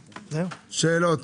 שאלות?